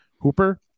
Hooper